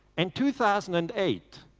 and two thousand and eight,